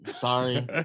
sorry